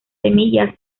semillas